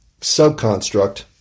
subconstruct